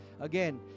Again